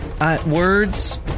words